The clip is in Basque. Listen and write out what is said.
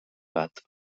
bat